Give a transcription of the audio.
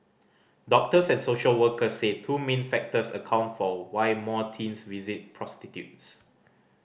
doctors and social workers say two main factors account for why more teens visit prostitutes